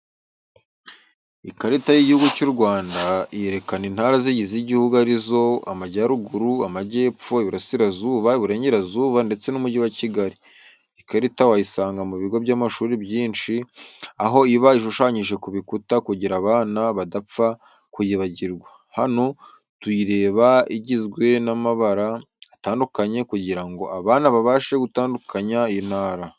Ikarita y'igihugu cy'Urwanda yereka intara zigize igihugu arizo amajyaruguru, amajyepfo, iburasirazuba, iburengerazuba ndetse n'umujyi wa Kigali, iyi karita wayisanga mubigo by'amashuri byinshi aho iba ishushanyije kubikuta kugira abana badapfa kuyibagirwa, hano tuyireba igizwe n'amabara atandukanye kugira ngo abana babashe gutandukanya intara.